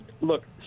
Look